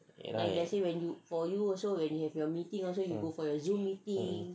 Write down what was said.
ya lah